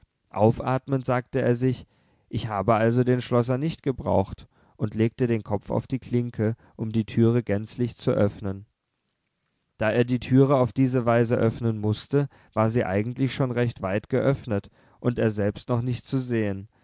aufatmend sagte er sich ich habe also den schlosser nicht gebraucht und legte den kopf auf die klinke um die türe gänzlich zu öffnen da er die türe auf diese weise öffnen mußte war sie eigentlich schon recht weit geöffnet und er selbst noch nicht zu sehen